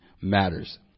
matters